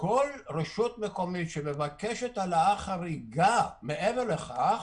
כל רשות מקומית שמבקשת העלאה חריגה מעבר לכך,